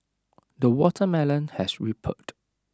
the watermelon has ripened